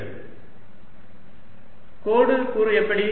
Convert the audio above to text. cosθcosϕx cosθsinϕy sinθz sinϕx cosϕy கோடு கூறு எப்படி